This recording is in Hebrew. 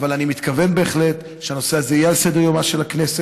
אבל אני מתכוון בהחלט שהנושא הזה יהיה על סדר-יומה של הכנסת.